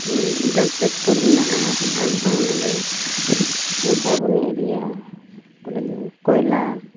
ᱡᱮᱢᱚᱱ ᱡᱟᱢᱥᱮᱫᱽᱯᱩᱨ ᱢᱮᱱᱟᱜᱼᱟ ᱟᱨ ᱯᱟᱣᱱᱟᱨᱮ ᱢᱚᱥᱟᱵᱚᱱᱤ ᱠᱚᱭᱞᱟ